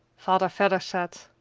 father vedder said,